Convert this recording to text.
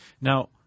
Now